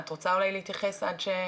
את רוצה אולי להתייחס בינתיים?